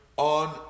on